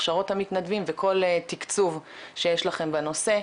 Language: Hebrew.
הכשרות המתנדבים וכל תקצוב שיש לכם בנושא.